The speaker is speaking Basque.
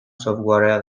softwarea